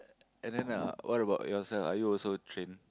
and then uh what about yourself are you also trained